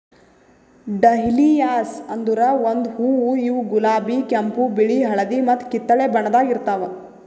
dahlias ಅಂದುರ್ ಒಂದು ಹೂವು ಇವು ಗುಲಾಬಿ, ಕೆಂಪು, ಬಿಳಿ, ಹಳದಿ ಮತ್ತ ಕಿತ್ತಳೆ ಬಣ್ಣದಾಗ್ ಇರ್ತಾವ್